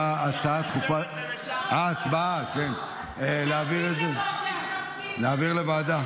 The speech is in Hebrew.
הצבעה, להעביר לוועדה?